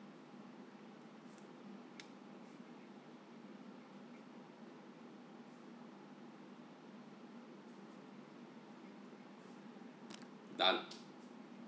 done